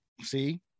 see